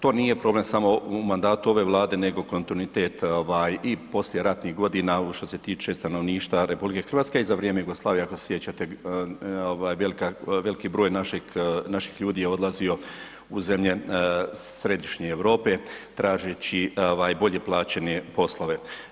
To nije problem samo u mandatu ove Vlade nego kontinuitet i poslijeratnih godina što se tiče stanovništva RH i za vrijeme Jugoslavije, ako se sjećate, veliki broj naših ljudi je odlazio u zemlje središnje Europe tražeći bolje plaćene poslove.